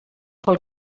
pel